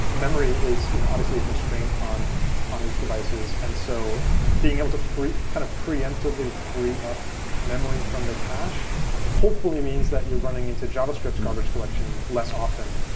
memory is you know obviously a constraint on on these devices, and so being able to kind of preemptively free up memory from the cache hopefully means that you're running into javascript garbage collection less often,